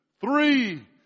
three